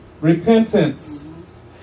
repentance